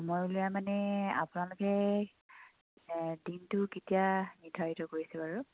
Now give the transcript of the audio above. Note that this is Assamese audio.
সময় উলিয়াই মানে আপোনালোকে দিনটোৰ কেতিয়া নিৰ্ধাৰিত কৰিছে বাৰু